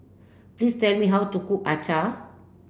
please tell me how to cook Acar